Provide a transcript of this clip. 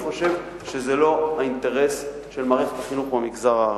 אני חושב שזה לא האינטרס של מערכת החינוך במגזר הערבי.